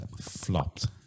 flopped